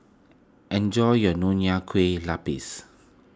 enjoy your Nonya Kueh Lapis